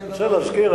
אני רוצה להזכיר,